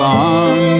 on